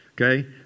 Okay